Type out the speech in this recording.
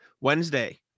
Wednesday